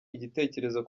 igitekerezo